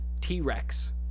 T-Rex